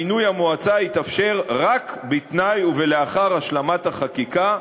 מינוי המועצה יתאפשר רק בתנאי ולאחר השלמת החקיקה,